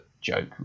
joke